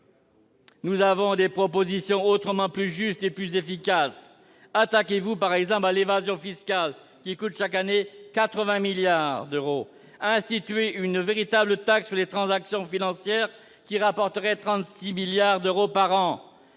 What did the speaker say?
Nous avons des propositions autrement plus justes et plus efficaces : attaquez-vous, par exemple, à l'évasion fiscale qui coûte chaque année 80 milliards d'euros à l'État ; instituez une véritable taxe sur les transactions financières qui rapporterait 36 milliards d'euros par an